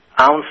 ounce